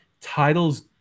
titles